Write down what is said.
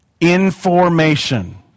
Information